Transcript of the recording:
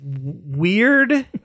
weird